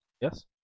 Yes